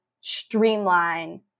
streamline